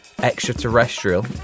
Extraterrestrial